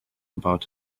about